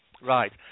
Right